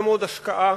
השקעה,